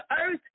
earth